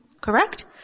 Correct